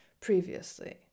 previously